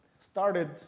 started